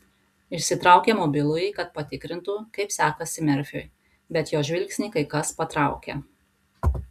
išsitraukė mobilųjį kad patikrintų kaip sekasi merfiui bet jos žvilgsnį kai kas patraukė